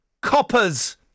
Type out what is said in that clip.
Coppers